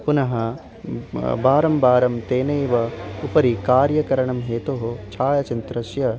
पुनः वारं वारं तेनैव उपरि कार्यकरणं हेतोः छायाचित्रस्य